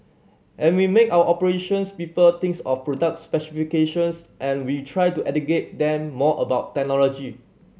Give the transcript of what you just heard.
and we make our operations people thinks of products specifications and we try to educate them more about technology